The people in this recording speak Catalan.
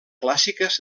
clàssiques